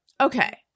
Okay